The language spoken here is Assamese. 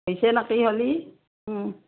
হৈছে নাকি হ'লি